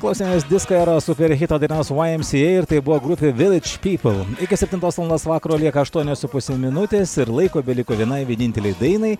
klausėmės disko eros super hito dainos vai em si ei ir tai buvo grupė viledž pypl iki septintos valandos vakaro lieka aštuonios su puse minutės ir laiko beliko vienai vienintelei dainai